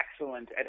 excellent